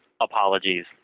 apologies